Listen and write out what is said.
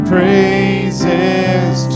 Praises